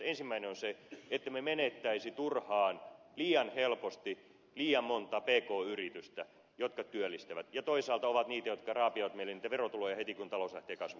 ensimmäinen on se ettemme menettäisi turhaan liian helposti liian monta pk yritystä jotka työllistävät ja toisaalta ovat niitä jotka raapivat meille niitä verotuloja heti kun talous lähtee kasvuun